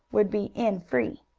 would be in free.